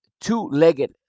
two-legged